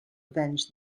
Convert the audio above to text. avenge